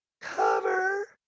Cover